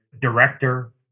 director